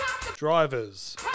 Drivers